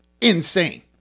insane